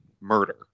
murder